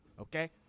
Okay